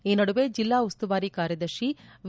ಈ ನಡುವೆ ಜಿಲ್ಲಾ ಉಸ್ತುವಾರಿ ಕಾರ್ಯದರ್ಶಿ ವಿ